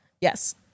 Yes